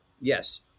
yes